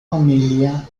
familia